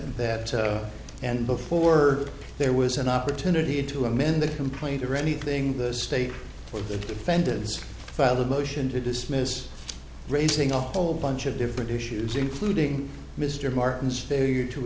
that that and before were there was an opportunity to amend the complaint or anything the state or the defendants filed a motion to dismiss raising a whole bunch of different issues including mr martin's failure to